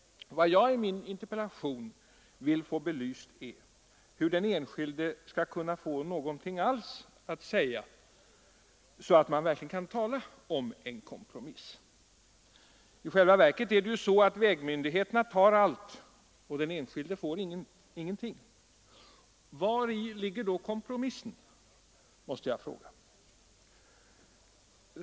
Vad jag genom min interpellation velat få belyst är hur den enskilde skall kunna få någonting alls att säga till om, så att man verkligen kan tala om en kompromiss. I själva verket tar vägmyndigheterna allt, och den enskilde får ingenting. Vari ligger då kompromissen?